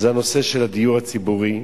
היתה הנושא של הדיור הציבורי,